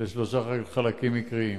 לשלושה חלקים עיקריים.